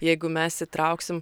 jeigu mes įtrauksim